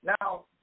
Now